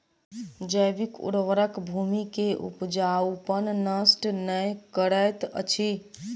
जैविक उर्वरक भूमि के उपजाऊपन नष्ट नै करैत अछि